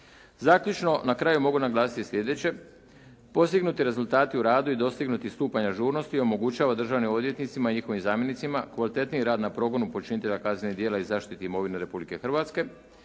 Zaključno na kraju mogu naglasiti sljedeće.